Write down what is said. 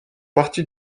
partie